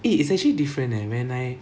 eh it's actually different eh when I